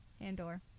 Andor